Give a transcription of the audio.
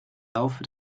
laufe